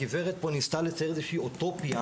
הגברת פה ניסתה לייצר פה איזושהי אוטופיה.